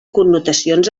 connotacions